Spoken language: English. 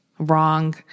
wrong